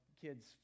kids